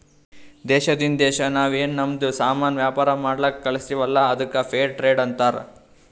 ದೇಶದಿಂದ್ ದೇಶಾ ನಾವ್ ಏನ್ ನಮ್ದು ಸಾಮಾನ್ ವ್ಯಾಪಾರ ಮಾಡ್ಲಕ್ ಕಳುಸ್ತಿವಲ್ಲ ಅದ್ದುಕ್ ಫೇರ್ ಟ್ರೇಡ್ ಅಂತಾರ